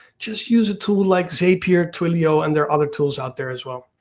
just use a tool like zapier, twilio, and there are other tools out there as well.